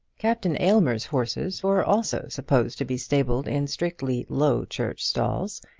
captain aylmer's horses were also supposed to be stabled in strictly low church stalls,